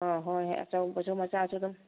ꯑꯣ ꯍꯣꯏ ꯑꯆꯧꯕꯁꯨ ꯃꯆꯥꯁꯨ ꯑꯗꯨꯝ